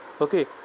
okay